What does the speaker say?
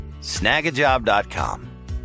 snagajob.com